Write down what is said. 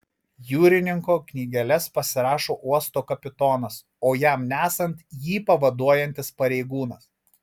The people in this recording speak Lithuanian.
jūrininko knygeles pasirašo uosto kapitonas o jam nesant jį pavaduojantis pareigūnas